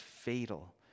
fatal